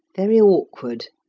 very awkward.